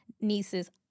nieces